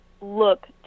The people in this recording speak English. look